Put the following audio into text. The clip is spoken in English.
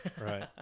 Right